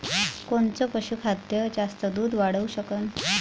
कोनचं पशुखाद्य जास्त दुध वाढवू शकन?